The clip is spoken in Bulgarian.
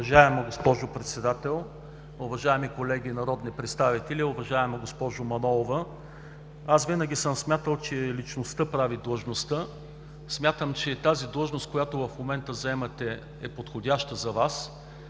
Уважаема госпожо Председател, уважаеми колеги народни представители, уважаема госпожо Манолова! Винаги съм смятал, че личността прави длъжността. Смятам, че длъжността, която в момента заемате, е подходяща за Вас.